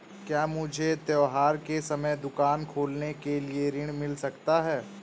क्या मुझे त्योहार के समय दुकान खोलने के लिए ऋण मिल सकता है?